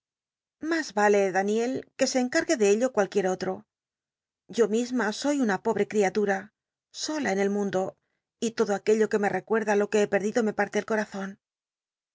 r ale daniel que se encargue de ello cualquier olro yo misma soy una pobre criatura sola en el mundo y todo aquello que me recuetda lo que he perdido me pa rle el corazon